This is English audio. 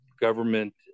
government